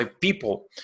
people